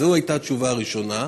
זו הייתה התשובה הראשונה.